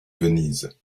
venise